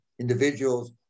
individuals